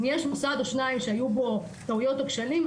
אם יש מוסד או שניים שהיו בו טעויות או כשלים,